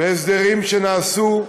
בהסדרים שנעשו,